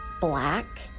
black